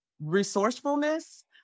resourcefulness